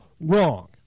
Wrong